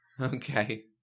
Okay